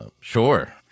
Sure